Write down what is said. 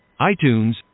iTunes